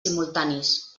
simultanis